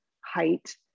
height